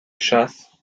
chasse